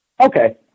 Okay